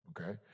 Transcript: okay